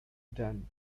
done